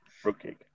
Fruitcake